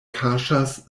kaŝas